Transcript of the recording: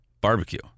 barbecue